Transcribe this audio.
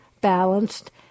balanced